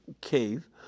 cave